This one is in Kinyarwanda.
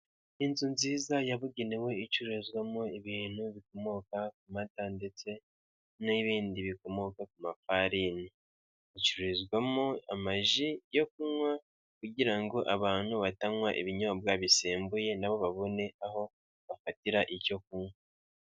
Inzu nziza yabugenewe icururizwamo ibintu bikomoka ku mata, ndetse n'ibindi bikomoka ku mafarini, icururizwamo amaji yo kunywa kugira ngo abantu batanywa ibinyobwa bisembuye nabo babone aho bafatira icyo kunywa.